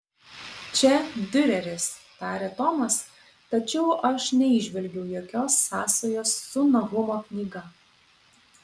čia diureris tarė tomas tačiau aš neįžvelgiu jokios sąsajos su nahumo knyga